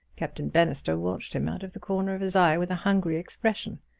captain bannister watched him out of the corner of his eye with a hungry expression.